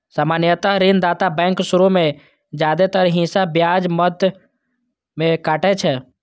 सामान्यतः ऋणदाता बैंक शुरू मे जादेतर हिस्सा ब्याज मद मे काटै छै